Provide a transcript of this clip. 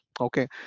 Okay